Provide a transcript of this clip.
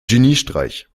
geniestreich